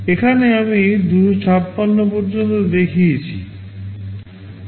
এখানে আমি 256 পর্যন্ত দেখিয়েছি